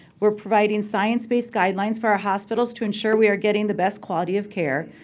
we're providing science-based guidelines for our hospitals to ensure we are getting the best quality of care,